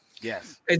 Yes